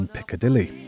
Piccadilly